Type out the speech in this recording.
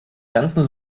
ganzen